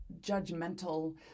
judgmental